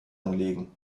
anlegen